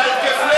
התקף לב.